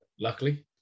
Luckily